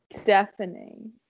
Stephanie